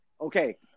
Okay